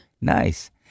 Nice